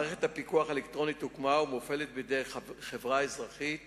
מערכת הפיקוח האלקטרוני הוקמה ומופעלת בידי חברה אזרחית